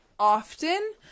often